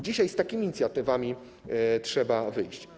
Dzisiaj z takimi inicjatywami trzeba wyjść.